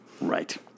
Right